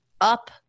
up